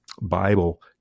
Bible